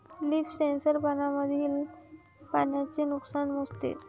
leaf sensor पानांमधील पाण्याचे नुकसान मोजते